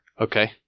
Okay